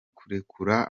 kurekura